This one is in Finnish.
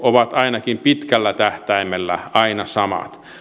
ovat ainakin pitkällä tähtäimellä aina samat